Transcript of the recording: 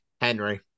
Henry